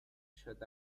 shut